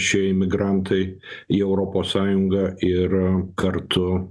šie imigrantai į europos sąjungą ir kartu